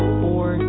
four